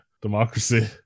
Democracy